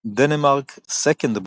דנמרק סקנדרבורג,